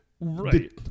Right